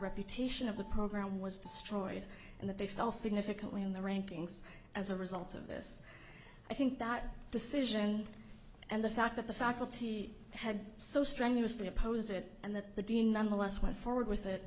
reputation of the program was destroyed and that they fell significantly in the rankings as a result of this i think that decision and the fact that the faculty had so strenuously opposed it and that the dean nonetheless went forward with it